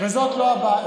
וזאת לא הבעיה.